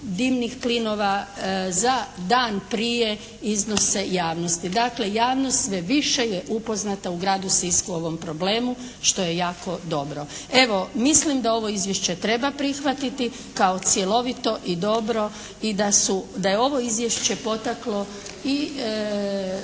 dimnih plinova za dan prije iznose javnosti. Dakle javnost sve više je upoznata u gradu Sisku o ovom problemu što je jako dobro. Evo mislim da ovo izvješće treba prihvatiti kao cjelovito i dobro i da su, da je ovo izvješće potaklo i